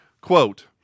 Quote